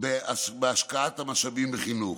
בהשקעת המשאבים בחינוך.